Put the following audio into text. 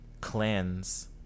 cleanse